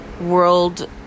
world